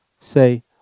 Say